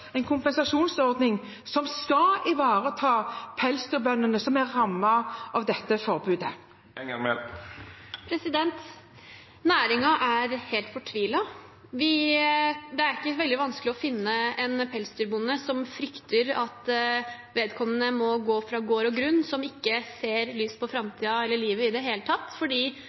en kompensasjonsordning som skal ivareta pelsdyrbøndene som er rammet av dette forbudet. Næringen er helt fortvilet. Det er ikke veldig vanskelig å finne en pelsdyrbonde som frykter at vedkommende må gå fra gård og grunn, som ikke ser lyst på framtiden eller livet i det hele tatt, fordi